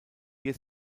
ihr